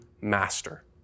master